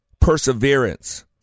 perseverance